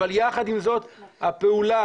אבל יחד עם זאת, הפעולה